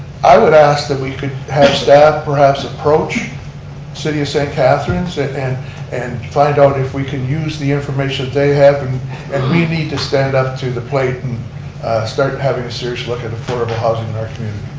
i would ask that we could have staff perhaps approach city of saint catharines and and find out if we can use the information they have and and we need to stand up to the plate and start having a serious look at affordable housing in our community.